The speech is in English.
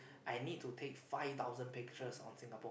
I need to take five thousand pictures on Singapore